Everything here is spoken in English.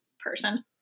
person